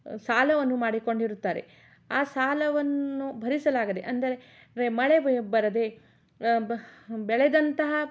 ಸಾಲವನ್ನು ಮಾಡಿಕೊಂಡಿರುತ್ತಾರೆ ಆ ಸಾಲವನ್ನು ಭರಿಸಲಾಗದೆ ಅಂದರೆ ಮಳೆ ಬರದೆ ಬೆಳೆದಂತಹ